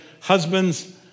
husbands